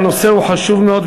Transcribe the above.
הנושא הוא חשוב מאוד,